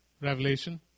Revelation